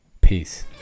Peace